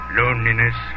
loneliness